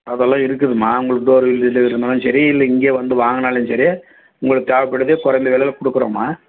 அதெல்லாம் இருக்குதும்மா உங்களுக்கு டோர் டெலிவரினாலும் சரி இல்லை இங்கேயே வந்து வாங்கினாலும் சரி உங்களுக்கு தேவைப்பட்டத குறைந்த விலையில கொடுக்குறோம்மா